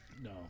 No